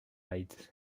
ride